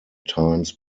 times